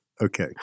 Okay